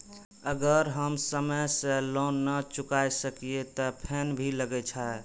अगर हम समय से लोन ना चुकाए सकलिए ते फैन भी लगे छै?